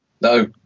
no